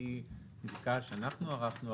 לפי פסקה שאנחנו ערכנו,